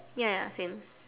ya ya same